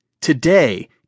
Today